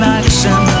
action